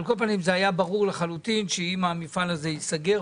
היה ברור לחלוטין שאם המפעל הזה ייסגר,